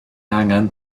angen